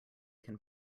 can